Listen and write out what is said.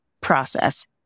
process